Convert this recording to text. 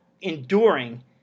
enduring